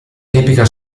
tipica